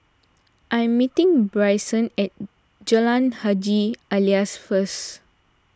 I am meeting Bryson at Jalan Haji Alias first